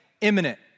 imminent